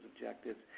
objectives